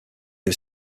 was